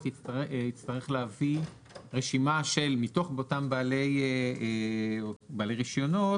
יצטרך להביא רשימה מתוך אותם בעלי רישיונות,